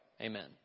Amen